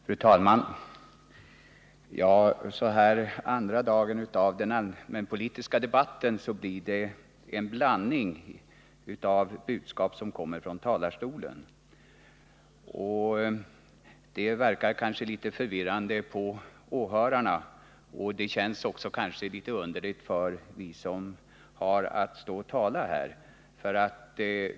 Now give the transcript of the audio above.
Fru talman! Det blir nu, på den andra dagen av den allmänpolitiska debatten, en blandning av budskap som kommer från talarstolen. Det verkar kanske litet förvirrande på åhörarna, och det känns väl också litet underligt för oss som yttrar oss i debatten.